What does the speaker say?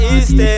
East